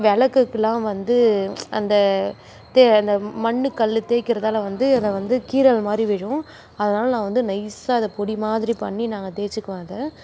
விளக்குக்குலாம் வந்து அந்த மண் கல் தேய்கிறதால் வந்து அதை வந்து கீறல் மாதிரி விழும் அதனால் நான் வந்து நைசாக அதை பொடி மாதிரி பண்ணி நாங்கள் தேய்ச்சுக்குவோம் அதை